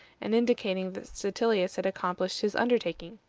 and indicating that statilius had accomplished his undertaking.